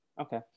Okay